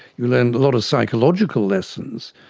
you learn a lot of psychological lessons.